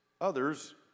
Others